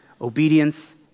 obedience